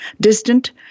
distant